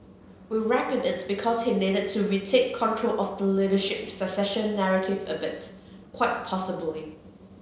we reckon it's because he needed to retake control of the leadership succession narrative a bit quite possibly